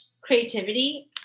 creativity